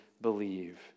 believe